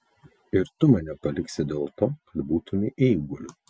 ir tu mane paliksi dėl to kad būtumei eiguliu